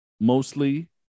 mostly